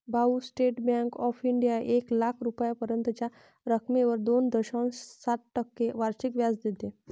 भाऊ, State Bank of India एक लाख रुपयांपर्यंतच्या रकमेवर दोन दशांश सात टक्के वार्षिक व्याज देते